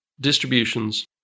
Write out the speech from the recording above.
distributions